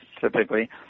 typically